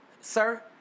sir